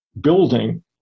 building